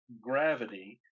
gravity